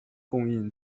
供应